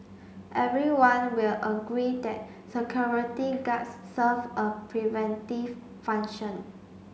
everyone will agree that security guards serve a preventive function